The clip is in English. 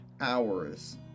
hours